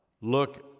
look